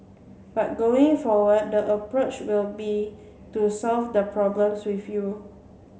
but going forward the approach will be to solve the problems with you